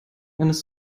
eines